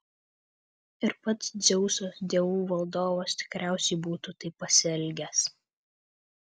ir pats dzeusas dievų valdovas tikriausiai būtų taip pasielgęs